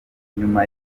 nyuma